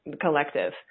collective